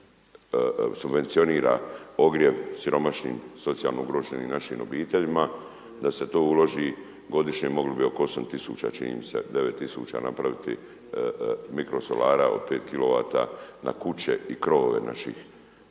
subvencionira ogrjev siromašnim, socijalno ugroženim naših obiteljima, da se to uloži godišnje, mogli bi oko 8000 čini mi se, 9000 napraviti mikrosolara od 5 kW na kuće i krovove naših